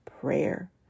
prayer